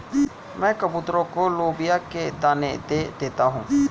मैं कबूतरों को लोबिया के दाने दे देता हूं